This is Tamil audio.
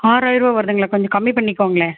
ஆறாயருவா வருதுங்களா கொஞ்சம் கம்மி பண்ணிக்கோங்களேன்